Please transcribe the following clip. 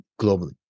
globally